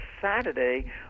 Saturday